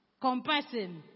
compassion